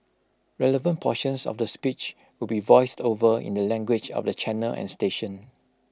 relevant portions of the speech will be voiced over in the language of the channel and station